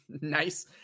Nice